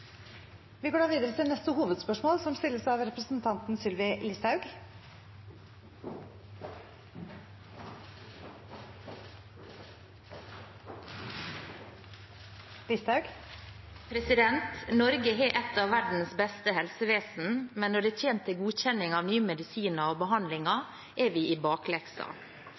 Vi går da videre til neste hovedspørsmål. Norge har et av verdens beste helsevesen, men når det kommer til godkjenning av nye medisiner og behandlinger, er vi i bakleksa.